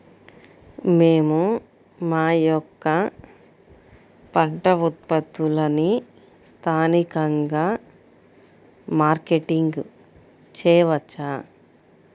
మేము మా యొక్క పంట ఉత్పత్తులని స్థానికంగా మార్కెటింగ్ చేయవచ్చా?